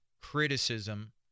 criticism